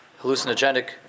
Hallucinogenic